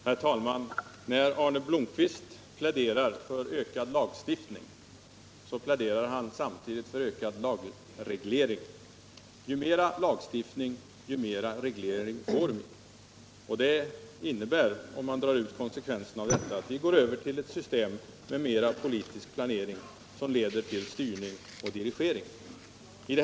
Herr talman! När Arne Blomkvist pläderar för ökad lagstiftning, så pläderar han samtidigt för ökad lagreglering. Ju mera lagstiftning, desto mera reglering får vi. Det innebär, om man drar ut konsekvenserna, att vi går över till ett system med mera politisk planering som leder till styrning och dirigering.